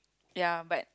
ya but